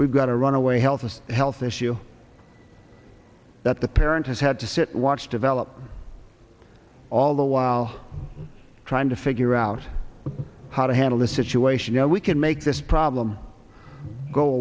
we've got a runaway health of health issue that the parent has had to sit and watch develop all the while trying to figure out how to handle a situation you know we can make this problem go